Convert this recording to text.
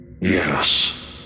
Yes